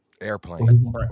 Airplane